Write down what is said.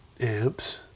amps